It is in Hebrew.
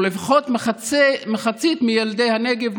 או לפחות מחצית מילדי הנגב,